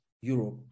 Europe